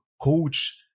coach